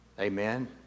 Amen